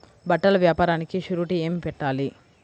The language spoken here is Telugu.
బట్టల వ్యాపారానికి షూరిటీ ఏమి పెట్టాలి?